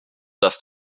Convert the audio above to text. dass